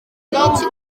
nikigoryi